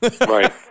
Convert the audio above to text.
Right